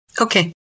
okay